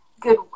good